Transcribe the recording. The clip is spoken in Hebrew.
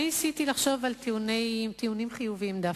אני ניסיתי לחשוב על טיעונים חיוביים דווקא.